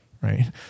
right